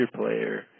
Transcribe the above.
player